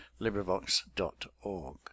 LibriVox.org